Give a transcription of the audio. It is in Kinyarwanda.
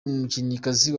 umukinnyikazi